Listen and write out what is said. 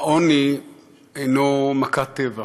העוני אינו מכת טבע,